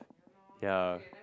yeah